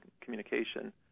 communication